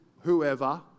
whoever